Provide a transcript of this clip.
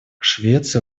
швеция